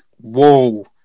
whoa